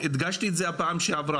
הדגשתי את זה גם בפעם שעברה.